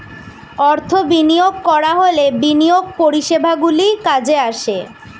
অর্থ বিনিয়োগ করা হলে বিনিয়োগ পরিষেবাগুলি কাজে আসে